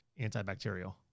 antibacterial